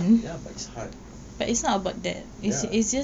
ya but it's hard ya